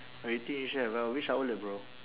eighteen chef ah which outlet bro